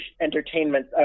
entertainment